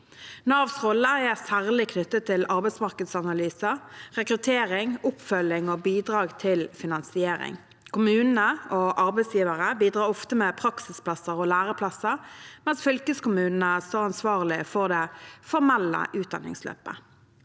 Navs rolle er særlig knyttet til arbeidsmarkedsanalyser, rekruttering, oppfølging og bidrag til finansiering. Kommunene og arbeidsgivere bidrar ofte med praksisplasser og læreplasser, mens fylkeskommunene står ansvarlig for det formelle utdanningsløpet.